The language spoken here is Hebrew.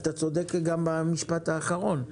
אתה צודק גם במשפט האחרון.